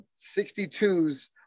62s